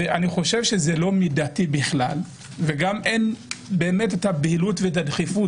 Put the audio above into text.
אני חושב שזה לא מידתי בכלל וגם אין באמת הבהילות והדחיפות,